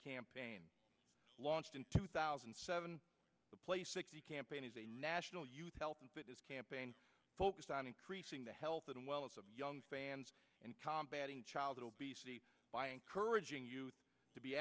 campaign launched in two thousand and seven the place sixty campaign is a national youth health and fitness campaign focused on increasing the health and wellness of young fans and combat in childhood obesity by encouraging you to be